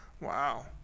Wow